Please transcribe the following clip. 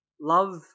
love